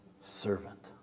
servant